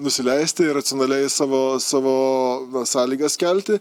nusileisti ir racionaliai savo savo sąlygas kelti